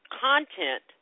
content